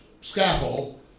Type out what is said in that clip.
scaffold